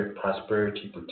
prosperity